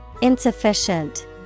Insufficient